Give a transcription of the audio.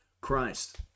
Christ